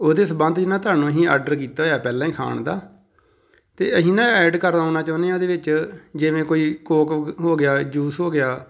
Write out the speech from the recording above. ਉਹਦੇ ਸੰਬੰਧ 'ਚ ਨਾ ਤੁਹਾਨੂੰ ਅਸੀਂ ਆਡਰ ਕੀਤਾ ਹੋਇਆ ਪਹਿਲਾਂ ਹੀ ਖਾਣ ਦਾ ਅਤੇ ਅਸੀਂ ਨਾ ਐਡ ਕਰਵਾਉਣਾ ਚਾਹੁੰਦੇ ਹਾਂ ਉਹਦੇ ਵਿੱਚ ਜਿਵੇਂ ਕੋਈ ਕੋਕ ਹੋਗ ਹੋ ਗਿਆ ਜੂਸ ਹੋ ਗਿਆ